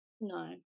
No